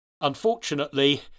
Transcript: Unfortunately